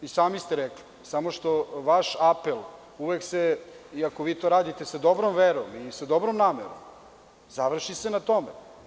I sami ste rekli, samo što vaš apel uvek, iako vi to radite sa dobrom verom i sa dobrom namerom, završi se na tome.